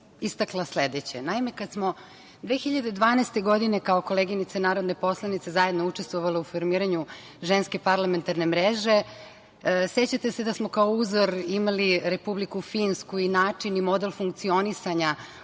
istakla bih sledeće. Naime, kada smo 2012. godine, kao koleginice narodne poslanice, zajedno učestvovale u formiranju Ženske parlamentarne mreže, sećate se da smo kao uzor imali Republiku Finsku i način i model funkcionisanja